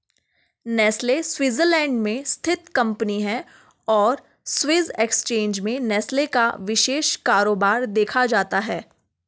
Nestle Switzerland में स्थित company है और स्विस एक्सचेंज में नेस्ले का विशेष कारोबार देखा जाता है